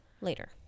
later